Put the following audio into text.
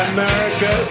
America